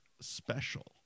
special